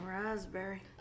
raspberry